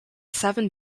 seven